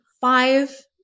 five